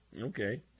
Okay